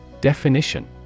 Definition